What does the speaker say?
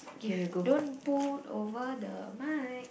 give don't pull over the mic